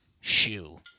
shoe